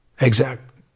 Exact